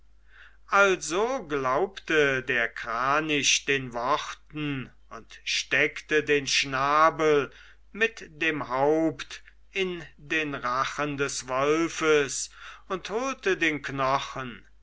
also glaubte der kranich den worten und steckte den schnabel mit dem haupt in den rachen des wolfes und holte den knochen